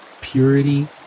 purity